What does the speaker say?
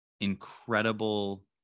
incredible